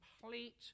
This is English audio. complete